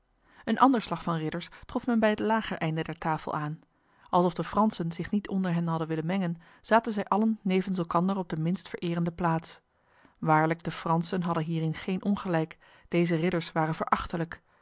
een ander slag van ridders trof men bij het lager einde der tafel aan alsof de fransen zich niet onder hen hadden willen mengen zaten zij allen nevens elkander op de minst vererende plaats waarlijk de fransen hadden hierin geen ongelijk deze ridders waren